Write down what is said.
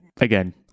again